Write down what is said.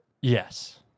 yes